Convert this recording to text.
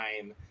time